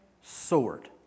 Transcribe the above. sword